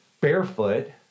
barefoot